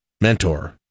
mentor